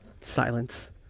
Silence